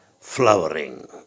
flowering